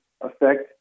affect